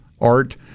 art